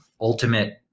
ultimate